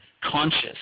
conscious